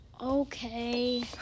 Okay